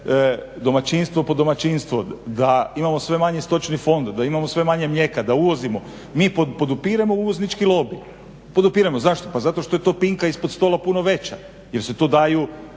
domaćinstvo po domaćinstvo, da imamo sve manje stočni fond, da imamo sve manje mlijeka, da uvozimo, mi podupiremo uvoznički lobij. Podupiremo, zašto? Pa zato što je to pinka ispod stola puno veća jer se tu daju